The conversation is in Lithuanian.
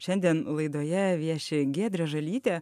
šiandien laidoje vieši giedrė žalytė